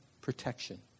protection